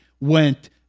went